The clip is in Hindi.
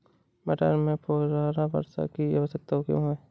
मटर में फुहारा वर्षा की आवश्यकता क्यो है?